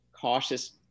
cautious